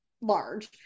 large